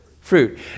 fruit